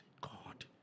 God